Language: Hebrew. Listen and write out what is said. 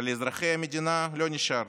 ולאזרחי המדינה לא נשאר.